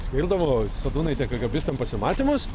skirdavo sadūnaitė kgbistams pasimatymus